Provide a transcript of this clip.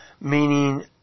meaning